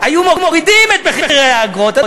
היו מורידים את מחירי האגרות.